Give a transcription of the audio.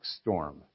storm